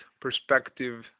perspective